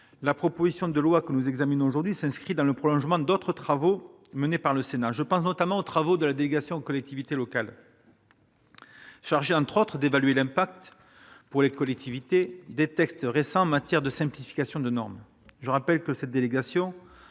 la proposition de loi que nous examinons aujourd'hui s'inscrit dans le prolongement d'autres travaux menés par le Sénat. Je pense notamment à ceux de la délégation aux collectivités territoriales, chargée, entre autres, d'évaluer l'impact pour les collectivités des textes récents en matière de simplification des normes. Je rappelle que cette délégation